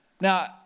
Now